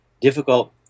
difficult